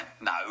No